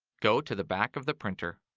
go to the back of the printer.